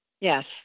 yes